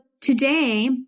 today